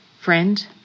Friend